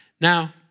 Now